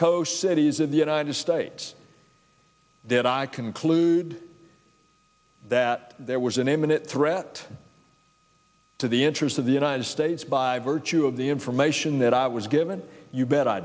coast cities of the united states that i conclude that there was an imminent threat to the interest of the united states by virtue of the information that i was given you bet